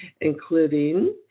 including